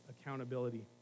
accountability